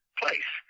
place